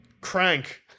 crank